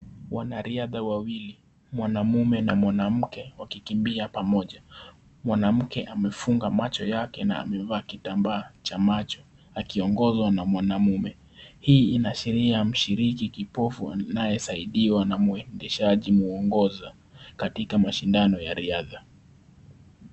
Wanariadha wawili mwanaume na mwanamke wakikimbia pamoja. Mwanamke amefunga macho yake na amevaa kitambaa cha macho akiongozwa na mwanaume. Hii inaashiria mshiriki kipofu anayesaidiwa na mwendeshaji mwongoza katika mashindano ya riadha.